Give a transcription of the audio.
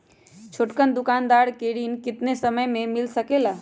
छोटकन दुकानदार के ऋण कितने समय मे मिल सकेला?